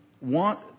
want